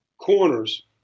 corners